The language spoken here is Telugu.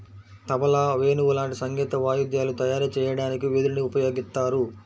తబలా, వేణువు లాంటి సంగీత వాయిద్యాలు తయారు చెయ్యడానికి వెదురుని ఉపయోగిత్తారు